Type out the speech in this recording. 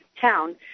town